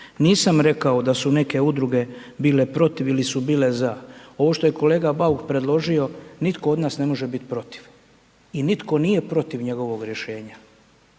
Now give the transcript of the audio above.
Nisam rekao da su neke udruge bile protiv ili su bile za, ovo što je kolega Bauk predložio, nitko od nas ne može bit protiv. I nitko nije protiv njegovog rješenja.